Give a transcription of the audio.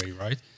right